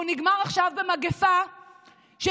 והוא נגמר עכשיו במגפה שמתפשטת.